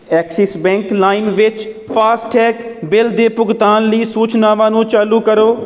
Axis Bank ਲਾਇਨ ਵਿੱਚ FASTag bill ਦੇ ਭੁਗਤਾਨ ਲਈ ਸੂਚਨਾਵਾਂ ਨੂੰ ਚਾਲੂ ਕਰੋ